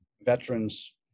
veterans